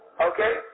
okay